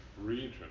region